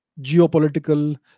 geopolitical